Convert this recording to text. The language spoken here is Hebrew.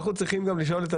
אף פעם זה לא היה נהוג כאן,